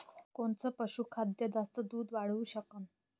कोनचं पशुखाद्य जास्त दुध वाढवू शकन?